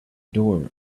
door